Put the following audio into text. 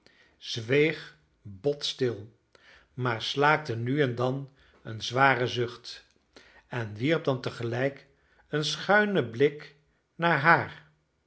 zweeg bot stil maar slaakte nu en dan een zwaren zucht en wierp dan tegelijk een schuinen blik naar haar